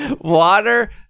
Water